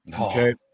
okay